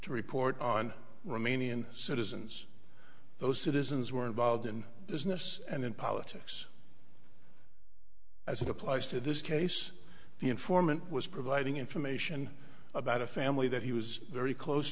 to report on romanian citizens those citizens were involved in this nests and in politics as it applies to this case the informant was providing information about a family that he was very close